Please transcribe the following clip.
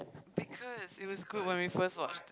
because it was good when we first watch